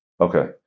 Okay